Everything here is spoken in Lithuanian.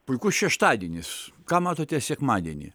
puikus šeštadienis ką matote sekmadienį